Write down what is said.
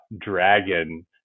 dragon